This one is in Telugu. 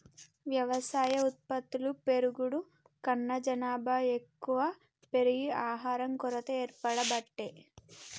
వ్యవసాయ ఉత్పత్తులు పెరుగుడు కన్నా జనాభా ఎక్కువ పెరిగి ఆహారం కొరత ఏర్పడబట్టే